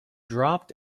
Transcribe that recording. dropped